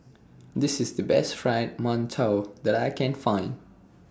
This IS The Best Fried mantou that I Can Find